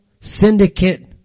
syndicate